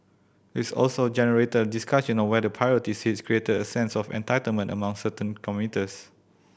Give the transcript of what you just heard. it's also generated discussion on whether priority seats created a sense of entitlement among certain commuters